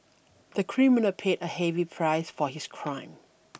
the criminal paid a heavy price for his crime